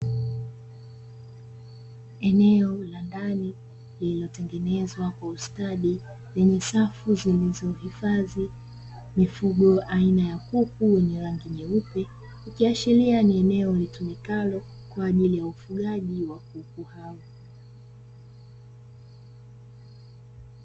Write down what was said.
Eneo la ndani lililotengenezwa kwa ustadi lenye safu zilizohifadhi mifugo aina ya kuku wenye rangi nyeupe, ikiashiria ni eneo litumikalo kwa ajili ya ufugaji wa kuku hao.